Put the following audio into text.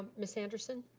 ah ms. anderson.